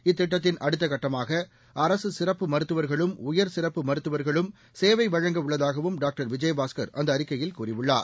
இத்திட்டத்தின் அடுத்தகட்டமாக அரசு சிறப்பு மருத்துவர்களும் உயர் சிறப்பு மருத்துவர்களும் சேவை வழங்க உள்ளதாகவும் டாக்டர் விஜயபாஸ்கர் அந்த அறிக்கையில் கூறியுள்ளார்